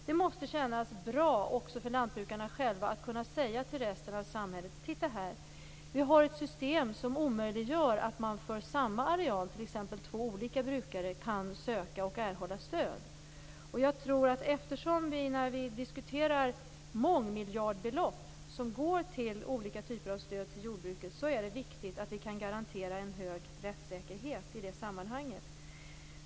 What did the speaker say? Det måste kännas bra också för lantbrukarna själva att kunna säga till resten av samhället: Titta här! Vi har ett system som omöjliggör att t.ex. två olika brukare kan söka och erhålla stöd för samma areal. Eftersom det är mångmiljardbelopp som vi diskuterar som går till olika typer av stöd till jordbruket är det viktigt att vi kan garantera en hög rättssäkerhet i sammanhanget.